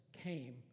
came